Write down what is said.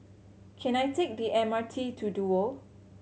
can I take the M R T to Duo